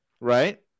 right